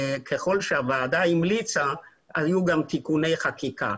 ככל שהוועדה המליצה, היו גם תיקוני חקיקה.